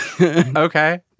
Okay